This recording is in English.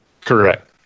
Correct